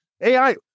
ai